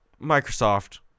Microsoft